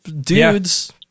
Dudes